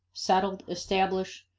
settled, established,